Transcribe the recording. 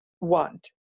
want